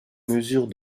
mesure